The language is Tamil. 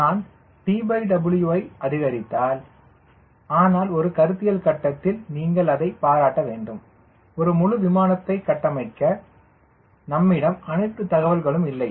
நான் TW ஐ அதிகரித்தால் ஆனால் ஒரு கருத்தியல் கட்டத்தில் நீங்கள் அதை பாராட்ட வேண்டும் ஒரு முழு விமானத்தை கட்டமைக்க நம்மிடம் அனைத்து தகவல்களும் இல்லை